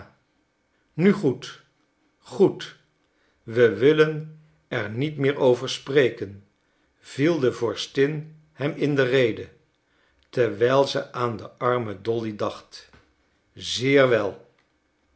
nu goed goed we willen er niet meer over spreken viel de vorstin hem in de rede terwijl ze aan de arme dolly dacht zeer wel